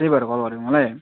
त्यही भएर कल गरेको मलाई